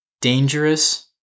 dangerous